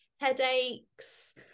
headaches